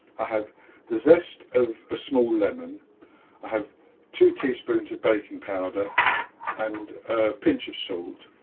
i have the zest of a small lemon i have two teaspoons of baking powder and a pinch of salt.